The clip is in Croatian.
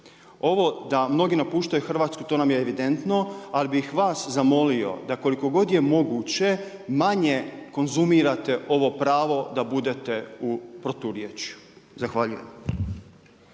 Ovo da mnogi napuštaju Hrvatsku to nam je evidentno, ali bih vas zamolio, da koliko god je moguće manje konzumirate ovo pravo da budete u proturječju. Zahvaljujem.